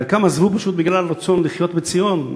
חלקם עזבו פשוט בגלל רצון לחיות בציון,